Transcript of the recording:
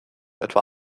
etwa